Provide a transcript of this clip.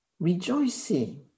Rejoicing